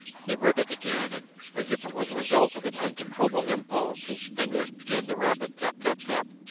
he read it again, and as if it were the result of an uncontrollable impulse, his fingers began the rapid tap-tap-tap.